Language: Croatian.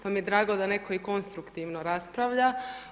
Pa mi je drago da netko i konstruktivno raspravlja.